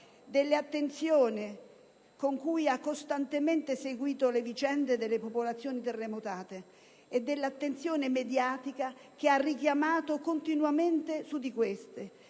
dell'attenzione con cui ha costantemente seguito le vicende delle popolazioni terremotate e dell'interesse mediatico che ha richiamato continuamente su di queste